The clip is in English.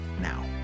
now